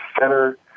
center